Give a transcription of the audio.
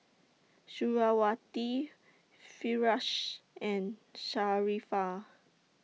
Suriawati Firash and Sharifah